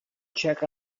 check